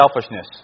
selfishness